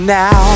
now